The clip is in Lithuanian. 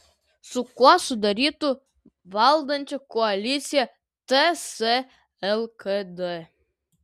su kuo sudarytų valdančią koaliciją ts lkd